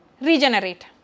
regenerate